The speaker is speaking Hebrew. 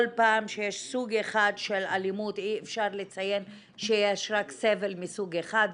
פעם שיש סוג אחד של אלימות אי אפשר לציין שיש רק סבל מסוג אחד,